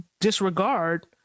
disregard